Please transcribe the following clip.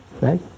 Right